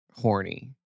horny